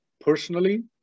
personally